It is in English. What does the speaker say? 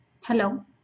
Hello